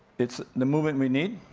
it's the movement we need.